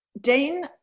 Dane